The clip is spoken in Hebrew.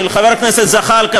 של חבר הכנסת זחאלקה,